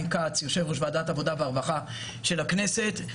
כץ יושב-ראש ועדת העבודה והרווחה של הכנסת.